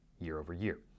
year-over-year